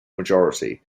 majority